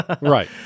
Right